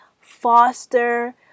foster